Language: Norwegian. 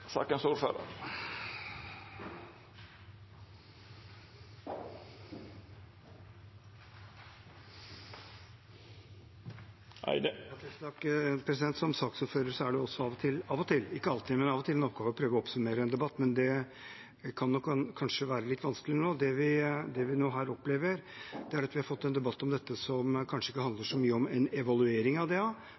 Som saksordfører har man også av og til – ikke alltid, men av og til – som oppgave å prøve å oppsummere en debatt, men det kan kanskje være litt vanskelig nå. Det vi nå opplever, er at vi har fått en debatt som kanskje ikke handler så mye om en evaluering av DA, men vel så mye om foranledningen til ønsket om en evaluering, nemlig debatten om domstolstruktur. Det